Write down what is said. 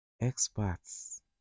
Experts